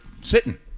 sitting